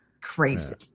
crazy